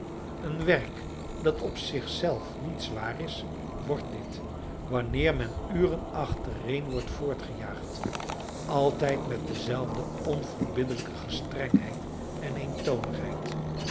een werk dat op zich zelf niet zwaar is wordt dit wanneer men uren achtereen wordt voortgejaagd altijd met dezelfde onverbiddelijke gestrengheid en